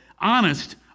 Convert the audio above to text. honest